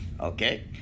Okay